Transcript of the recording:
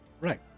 right